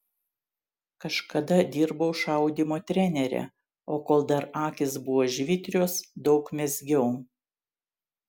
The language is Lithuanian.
kažkada dirbau šaudymo trenere o kol dar akys buvo žvitrios daug mezgiau